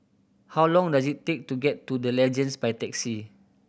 how long does it take to get to The Legends by taxi